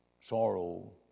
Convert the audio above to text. sorrow